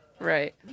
Right